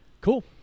cool